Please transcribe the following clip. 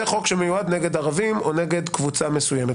חוק שמיועד נגד ערבי או נגד קבוצה מסוימת.